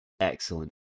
Excellent